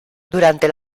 durante